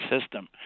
system